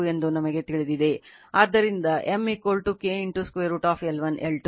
5 ಮತ್ತು L1 L2 ಅನ್ನು√ 0